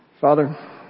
Father